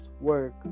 work